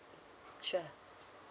sure